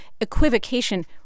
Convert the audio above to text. equivocation